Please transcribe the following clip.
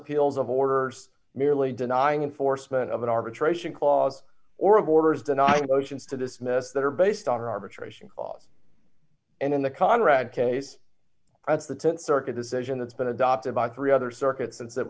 appeals of orders merely denying enforcement of an arbitration clause or a border's denying motions to dismiss that are based on an arbitration clause and in the conrad case that's the th circuit decision that's been adopted by three other circuit since